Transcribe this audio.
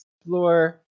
explore